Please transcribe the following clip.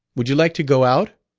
would you like to go out?